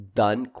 done